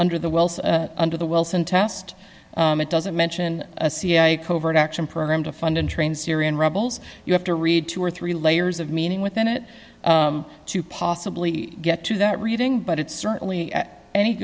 under the wealth under the wilson test it doesn't mention a cia covert action program to fund and train syrian rebels you have to read two or three layers of meaning within it to possibly get to that reading but it's certainly a